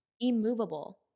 immovable